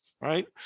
right